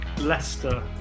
Leicester